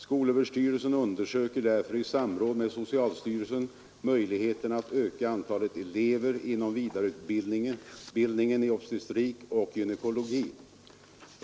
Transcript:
Skolöverstyrelsen undersöker därför i samråd med socialstyrelsen möjligheterna att öka antalet elever inom vidareutbildningen i obstetrik och gynekologi.